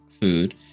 food